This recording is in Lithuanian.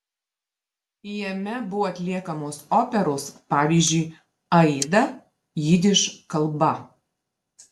jame buvo atliekamos operos pavyzdžiui aida jidiš kalba